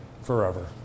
forever